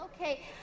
Okay